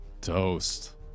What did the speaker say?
Toast